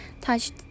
touched